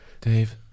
dave